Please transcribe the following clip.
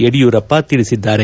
ಯಡಿಯೂರಪ್ಪ ತಿಳಿಸಿದ್ದಾರೆ